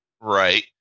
Right